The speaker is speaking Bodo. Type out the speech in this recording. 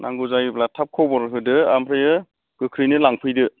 नांगौ जायोब्ला थाब खबर होदो ओमफ्रायो गोख्रैनो लांफैदो